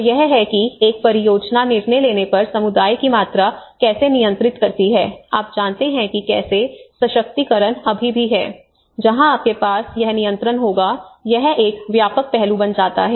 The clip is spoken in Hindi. तो यह है कि एक परियोजना निर्णय लेने पर समुदाय की मात्रा कैसे नियंत्रित करती है आप जानते हैं कि कैसे सशक्तिकरण अभी भी है जहां आपके पास यह नियंत्रण होगा यह एक व्यापक पहलू बन जाता है